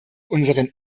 unseren